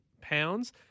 pounds